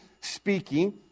speaking